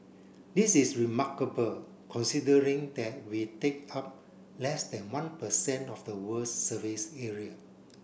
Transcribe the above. this is remarkable considering that we take up less than one per cent of the world's surface area